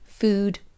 food